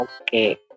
Okay